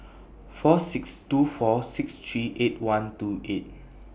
four six two four six three eight one two eight